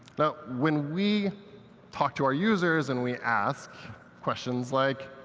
now when we talk to our users, and we ask questions like,